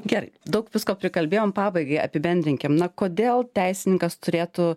gerai daug visko prikalbėjome pabaigai apibendrinkim na kodėl teisininkas turėtų